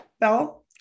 bell